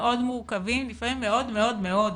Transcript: מאוד מורכבים, לפעמים מאוד מאוד מאוד,